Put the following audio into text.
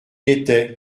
étais